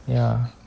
ya